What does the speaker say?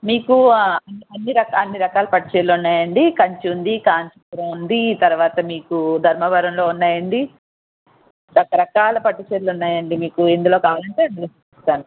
మీకు ఆ అన్ని రకాల అన్ని రకాల పట్టు చీరలు ఉన్నాయండి కంచి ఉంది కాంచీపురం ఉంది తర్వాత మీకు ధర్మవరంలో ఉన్నాయండి రకరకాల పట్టుచీరలున్నాయండి మీకు ఎందులో కావాలంటే అందులో చూపిస్తాను